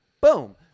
Boom